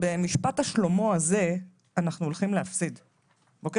במשפט השלמה הזה אנחנו הולכים להפסיד, אוקיי?